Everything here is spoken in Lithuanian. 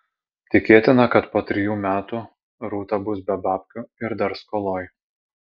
tikėtina kad po trijų metų rūta bus be babkių ir dar skoloj